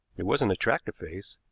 it was an attractive face,